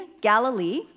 Galilee